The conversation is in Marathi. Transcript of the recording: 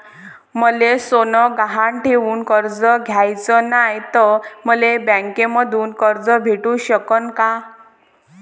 मले सोनं गहान ठेवून कर्ज घ्याचं नाय, त मले बँकेमधून कर्ज भेटू शकन का?